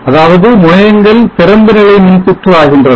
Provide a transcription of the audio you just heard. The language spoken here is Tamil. அதாவது முனையங்கள் திறந்தநிலை மின்சுற்று ஆகின்றன